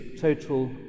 total